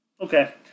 Okay